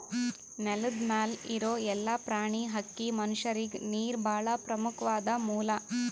ನೆಲದ್ ಮ್ಯಾಲ್ ಇರೋ ಎಲ್ಲಾ ಪ್ರಾಣಿ, ಹಕ್ಕಿ, ಮನಷ್ಯರಿಗ್ ನೀರ್ ಭಾಳ್ ಪ್ರಮುಖ್ವಾದ್ ಮೂಲ